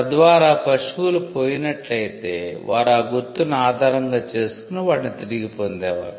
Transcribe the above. తద్వారా పశువులు పోయినట్లయితే వారు ఆ గుర్తును ఆధారంగా చేసుకుని వాటిని తిరిగి పొందేవారు